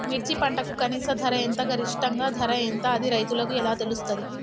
మిర్చి పంటకు కనీస ధర ఎంత గరిష్టంగా ధర ఎంత అది రైతులకు ఎలా తెలుస్తది?